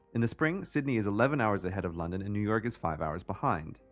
in the spring, sydney is eleven hours ahead of london and new york is five hours behind.